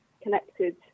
connected